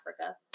Africa